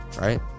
right